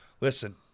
Listen